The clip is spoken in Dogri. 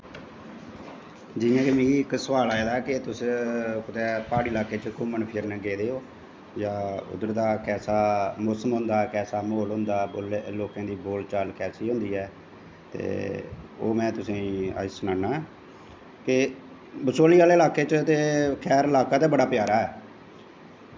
जियां कि मिगी इक सोआल आए दा ऐ कि तुस कुदै प्हाड़ी ल्हाकै घूमन फिरन गेदे हो जां उध्दर दा कैसा मौसम होंदा कैसा म्हौल होंदा लोकें दी बोल चाल कैसी होंदी ऐ ते ओह् में तुसेंगी अज्ज सनाना बसहोली आह्ले ल्हाके च खैर ल्हाका ते बड़ा शैल ऐ